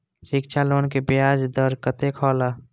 शिक्षा लोन के ब्याज दर कतेक हौला?